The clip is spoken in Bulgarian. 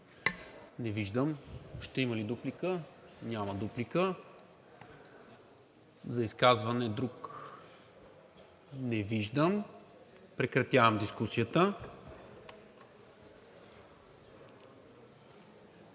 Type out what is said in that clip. Не виждам. Ще има ли дуплика? Няма. Друг за изказване? Не виждам. Прекратявам дискусията.